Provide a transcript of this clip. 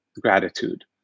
gratitude